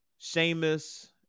Seamus